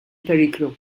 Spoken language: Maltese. periklu